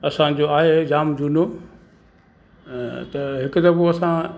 असांजो आहे जाम झूनो त हिक दफ़ो असां